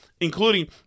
including